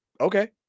Okay